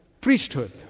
priesthood